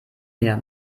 mir